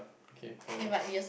okay fair enough